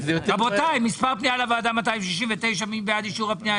פנייה מס' 269, מי בעד אישור הפנייה?